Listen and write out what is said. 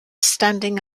standing